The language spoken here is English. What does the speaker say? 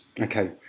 Okay